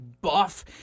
buff